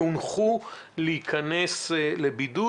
שהונחו להיכנס לבידוד.